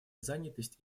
занятость